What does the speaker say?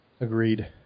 Agreed